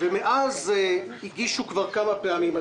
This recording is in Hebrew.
ומאז הגישו כבר כמה פעמים בקשות,